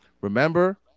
Remember